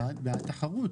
בעד תחרות.